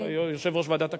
ויושב-ראש ועדת הכלכלה.